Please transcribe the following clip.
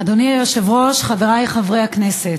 אדוני היושב-ראש, חברי חברי הכנסת,